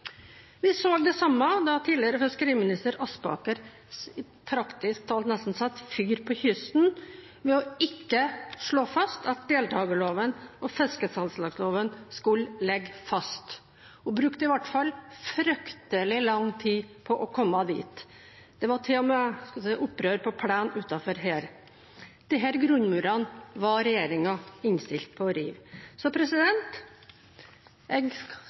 Vi så det samme da tidligere fiskeriminister Aspaker praktisk talt satte fyr på kysten ved ikke å slå fast at deltakerloven og fiskesalgslagsloven skulle ligge fast. Hun brukte i hvert fall fryktelig lang tid på å komme dit. Det var til og med opprør på plenen utenfor her. Disse grunnmurene var regjeringen innstilt på å rive. Jeg